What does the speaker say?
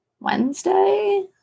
Wednesday